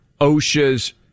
OSHA's